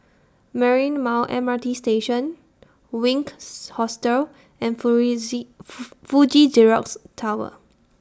Marymount M R T Station Wink Hostel and Fuji Xerox Tower